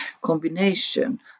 combination